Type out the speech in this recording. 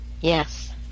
Yes